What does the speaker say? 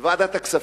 בוועדת הכספים.